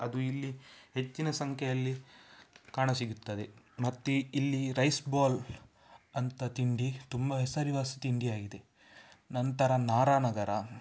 ಅದು ಇಲ್ಲಿ ಹೆಚ್ಚಿನ ಸಂಖ್ಯೆಯಲ್ಲಿ ಕಾಣಸಿಗುತ್ತದೆ ಮತ್ತು ಇಲ್ಲಿ ರೈಸ್ಬಾಲ್ ಅಂತ ತಿಂಡಿ ತುಂಬ ಹೆಸರುವಾಸಿ ತಿಂಡಿಯಾಗಿದೆ ನಂತರ ನಾರಾನಗರ